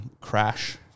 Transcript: crash